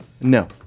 no